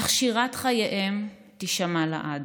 אך שירת חייהם תישמע לעד.